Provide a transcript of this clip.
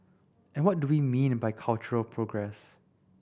and what do we mean by cultural progress